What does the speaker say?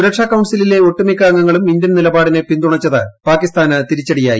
സുരക്ഷാ കൌൺസിലിലെ ഒട്ടുമിക്ക അംഗങ്ങളും ഇന്ത്യൻ നിലപാടിനെ പിന്തുണച്ചത് പാകിസ്ഥാന് തിരിച്ചുടിയായി